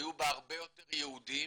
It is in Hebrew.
היו בה הרבה יותר יהודים